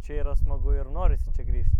čia yra smagu ir norisi čia grįžt